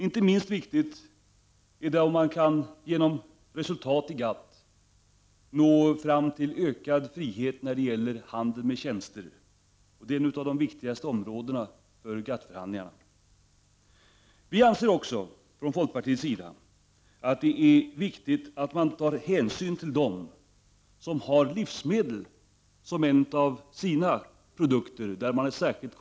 Inte minst viktig är möjligheten att genom resultat av GATT-förhandlingarna nå fram till ökad frihet vad gäller handeln med tjänster. Detta är också ett av de viktigaste områdena inom GATT-förhandlingarna. Folkpartiet anser också att det är viktigt att ta hänsyn till de länder som har livsmedel som en av sina särskilt konkurrenskraftiga produkter.